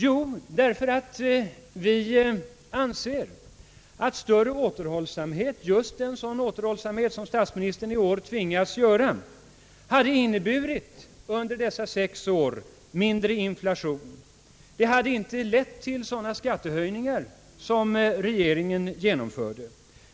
Jo, därför att vi anser att just en sådan återhållsamhet som statsministern i år har tvingats göra under dessa sex år hade inneburit en högre inflation. Följden hade inte blivit sådana skattehöjningar som regeringen genomfört.